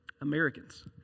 Americans